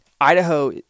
Idaho